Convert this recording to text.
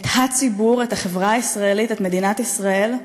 את הציבור, את החברה הישראלית, את מדינת ישראל,